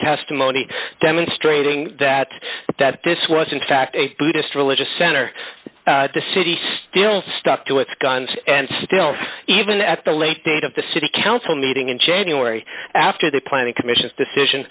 testimony demonstrating that that this was in fact a buddhist religious center to city still stuck to its guns and still even at the late date of the city council meeting in january after the planning commission decision